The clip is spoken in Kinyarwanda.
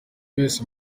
wese